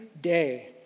day